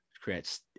creates